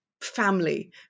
family